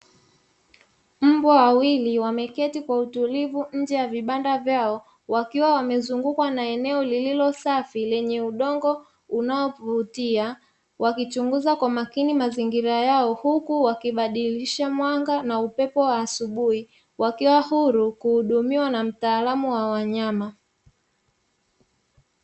Mbwa wawili, wameketi kwa utulivu nje ya vibanda vyao, wakiwa wamezungukwa na eneo lililo safi, lenye udongo unaovutia, wakichunguza kwa makini mazingira yao, huku wakibadilisha mwanga na upepo wa asubuhi, wakiwa huru kuhudumiwa na mtaalamu wa wanyama.